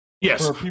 Yes